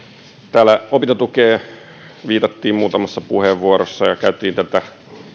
täällä opintotukeen viitattiin muutamassa puheenvuorossa ja käytiin tätä